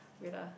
wait ah